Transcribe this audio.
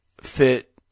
fit